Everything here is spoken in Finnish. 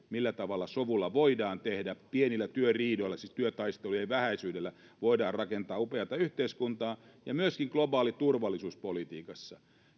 millä tavalla sovulla pienillä työriidoilla siis työtaistelujen vähäisyydellä voidaan rakentaa upeata yhteiskuntaa ja myöskin globaalissa turvallisuuspolitiikassa